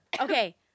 Okay